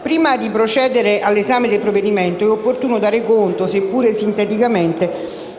Prima di procedere all'esame del provvedimento è opportuno dare conto, seppure sinteticamente,